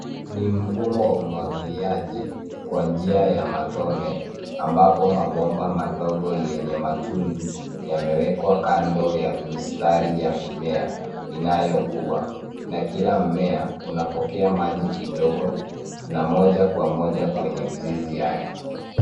Ni mfumo wa umwagiliaji kwa njia ya matone ambapo mabomba madogo yenye matundu yamewekwa kando ya mistari ya mimea inayokuwa na kila mmea unapokea maji kidogo na moja kwa moja kwenye mizizi yake